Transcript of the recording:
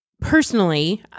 personally